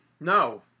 No